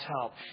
help